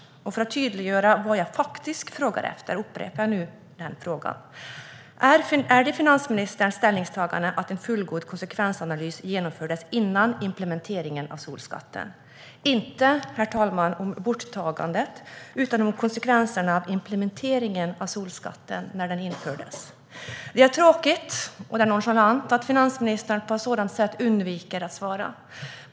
För att tydliggöra vad jag faktiskt frågar efter upprepar jag nu frågan: Är det finansministerns ställningstagande att en fullgod konsekvensanalys genomfördes före implementeringen av solskatten? Jag frågar inte om borttagandet, herr talman, utan om konsekvenserna av implementeringen av solskatten när den infördes. Det är tråkigt att finansministern på ett sådant sätt undviker att svara. Det är nonchalant av henne.